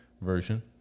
version